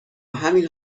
همین